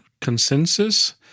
Consensus